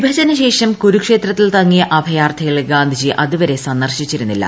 വിഭജന ശേഷം കുരുക്ഷേത്രത്തിൽ തങ്ങിയ അഭയാർത്ഥികളെ ഗാന്ധിജി അതുവരെ സന്ദർശിച്ചിരുന്നില്ല